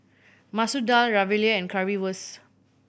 Masoor Dal Ravioli and Currywurst